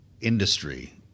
industry